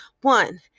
One